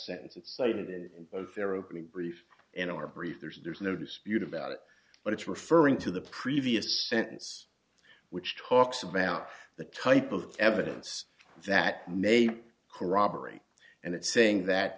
sentence cited in their opening brief in our brief there's there's no dispute about it but it's referring to the previous sentence which talks about the type of evidence that may corroborate and it's saying that